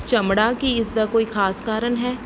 ਚਮੜਾ ਕੀ ਇਸਦਾ ਕੋਈ ਖ਼ਾਸ ਕਾਰਨ ਹੈ